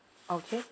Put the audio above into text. okay